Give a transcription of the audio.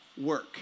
work